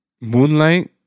Moonlight